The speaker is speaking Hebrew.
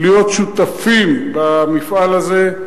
להיות שותפים במפעל הזה.